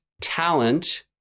talent